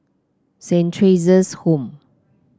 Saint Theresa's Home